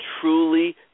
truly